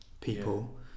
people